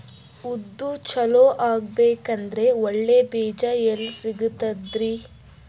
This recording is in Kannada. ಉದ್ದು ಚಲೋ ಆಗಬೇಕಂದ್ರೆ ಒಳ್ಳೆ ಬೀಜ ಎಲ್ ಸಿಗತದರೀ?